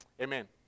Amen